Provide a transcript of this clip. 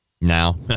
Now